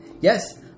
Yes